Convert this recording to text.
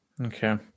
okay